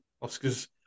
Oscar's